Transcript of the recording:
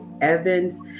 Evans